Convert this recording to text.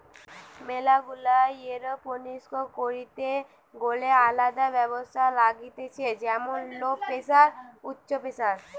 ম্যালা গুলা এরওপনিক্স করিতে গ্যালে আলদা ব্যবস্থা লাগতিছে যেমন লো প্রেসার, উচ্চ প্রেসার